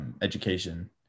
education